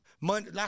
money